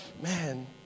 man